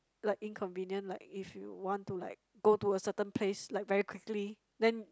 like inconvenient like if you want to like go to a certain place like very quickly then